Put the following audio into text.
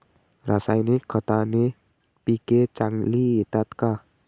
रासायनिक खताने पिके चांगली येतात का?